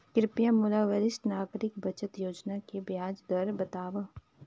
कृपया मोला वरिष्ठ नागरिक बचत योजना के ब्याज दर बतावव